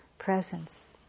presence